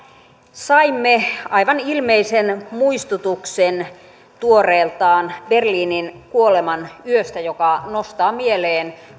saimme aivan ilmeisen muistutuksen tuoreeltaan berliinin kuolemanyöstä joka nostaa mieleen